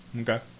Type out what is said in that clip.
Okay